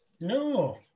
no